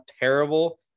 terrible